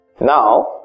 Now